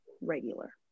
regular